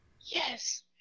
Yes